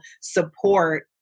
support